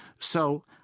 so,